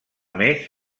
més